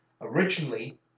Originally